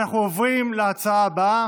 אנחנו עוברים להצעה הבאה.